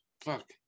Fuck